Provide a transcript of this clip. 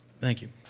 thank you.